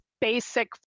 basic